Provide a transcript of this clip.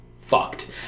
fucked